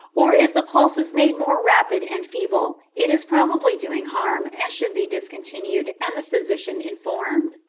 or if the pulse is made more rapid and feeble, it is probably doing harm, and should be discontinued, and the physician informed.